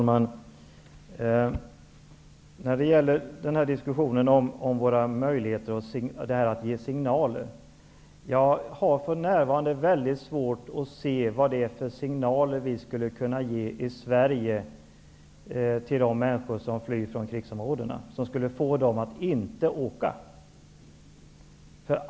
Herr talman! Nu har vi diskussionen om att ge signaler. Jag har för närvarande svårt att se vad det är för signaler vi skall ge från Sveriges sida till de människor som flyr från krigsområdena och som skulle få dem att inte åka hit.